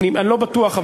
אני לא בטוח,